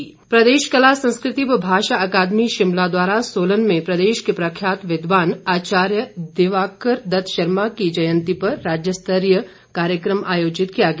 जयंती प्रदेश कला संस्कृति व भाषा अकादमी शिमला द्वारा सोलन में प्रदेश के प्रख्यात विद्वान आचार्य दिवकार दत्त शर्मा की जयंती पर राज्य स्तरीय कार्यक्रम आयोजित किया गया